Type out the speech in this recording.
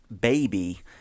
Baby